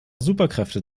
superkräfte